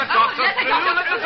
doctor